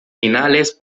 finales